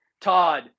Todd